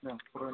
औ